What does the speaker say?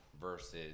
versus